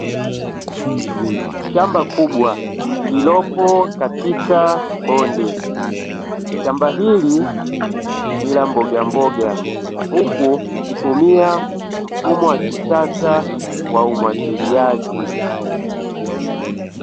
Shamba kubwa lililopo katika bonde, shamba hili ni la mboga mboga. Huku likitumia mfumo wa kisasa wa umwagiliaji.